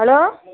hello